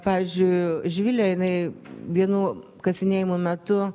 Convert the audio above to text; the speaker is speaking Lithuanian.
pavyzdžiui živilė jinai vienų kasinėjimo metu